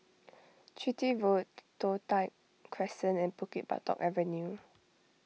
Chitty Road Toh Tuck Crescent and Bukit Batok Avenue